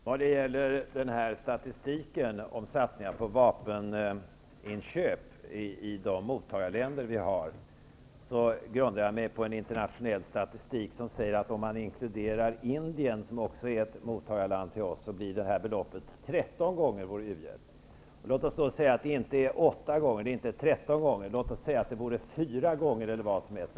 Fru talman! Vad gäller statistiken om satsningar på vapeninköp i våra mottagarländer grundar jag mig på en internationell statistik som säger, att om man inkluderar Indien, som också är ett av våra mottagarländer, blir beloppet tretton gånger vår uhjälp. Låt mig också säga att det inte är frågan om huruvida det är tretton gånger, åtta gånger eller låt oss säga fyra gånger, som är det viktiga.